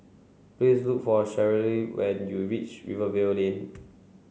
please look for Cheryle when you reach Rivervale Lane